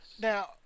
Now